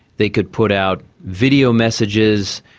they could put out video messages,